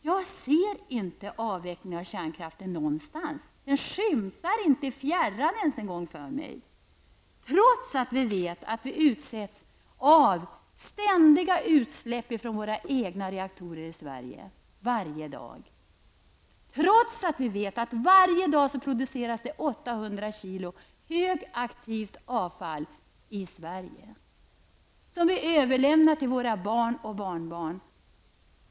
Jag ser inte avvecklingen av kärnkraften någonstans. Jag skymtar den inte ens i fjärran trots att vi vet att vi varje dag utsätts för ständiga utsläpp från våra egna reaktorer i Sverige. Trots att vi vet att det varje dag produceras 800 kg högaktivt avfall i Sverige, som överlämnar till våra barn och barnbarn!